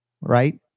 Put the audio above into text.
right